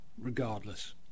regardless